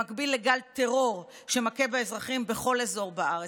במקביל לגל טרור שמכה באזרחים בכל אזור בארץ,